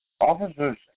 Officers